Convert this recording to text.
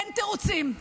אין תירוצים,